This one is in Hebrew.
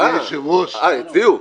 אה, הציעו?